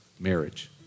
marriage